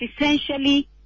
essentially